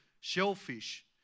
shellfish